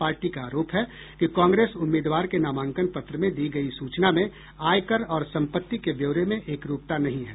party का आरोप है कि कांग्रेस उम्मीदवार के नामांकन पत्र में दी गयी सूचना में आयकर और संपत्ति के ब्योरे में एकरूपता नहीं है